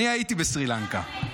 אני הייתי בסרי לנקה.